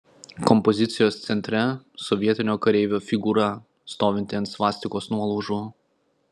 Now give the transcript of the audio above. kompozicijos centre sovietinio kareivio figūra stovinti ant svastikos nuolaužų